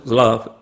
love